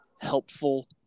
helpful